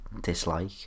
dislike